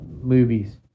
movies